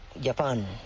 Japan